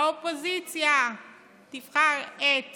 האופוזיציה תבחר את